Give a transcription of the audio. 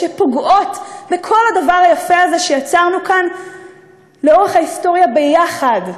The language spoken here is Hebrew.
שפוגעות בכל הדבר היפה הזה שיצרנו כאן לאורך ההיסטוריה יחד,